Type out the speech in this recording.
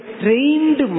trained